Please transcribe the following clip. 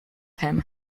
him